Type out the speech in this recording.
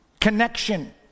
connection